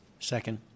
Second